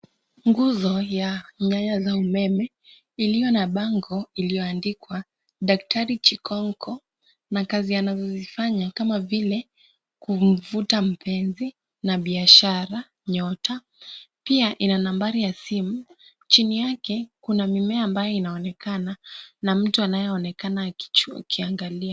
Nguzo ya nyaya za umeme iliyo na bango iliyoandikwa Daktari Chikongko na kazi anazozifanya kama vile; kumvuta mpenzi na biashara nyota, pia ina nambari ya simu. Chini yake kuna mimea ambayo inaonekana na mtu anayeonekana akiangalia.